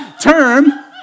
term